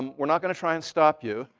we're not going to try and stop you.